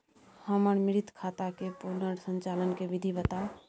हमर मृत खाता के पुनर संचालन के विधी बताउ?